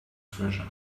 treasure